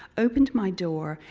opened my door,